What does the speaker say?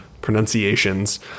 pronunciations